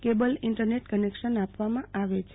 cable internet connection આપવામાં આવે છે